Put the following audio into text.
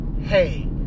hey